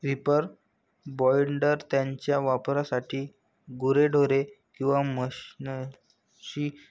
reaper binder त्याच्या वापरासाठी गुरेढोरे किंवा मशीनशी जोडलेले असते